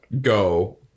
go